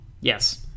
Yes